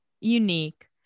unique